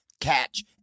Catch